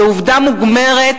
זאת עובדה מוגמרת.